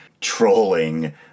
trolling